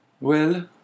Well